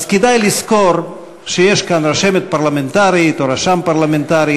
אז כדאי לזכור שיש כאן רשמת פרלמנטרית או רשם פרלמנטרי,